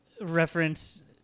reference